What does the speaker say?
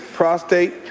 prostate,